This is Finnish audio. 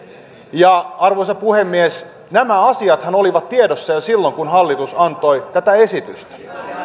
arvoisa puhemies nämä asiathan olivat tiedossa jo silloin kun hallitus antoi tätä esitystä